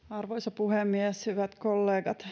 arvoisa puhemies hyvät kollegat